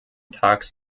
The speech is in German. tags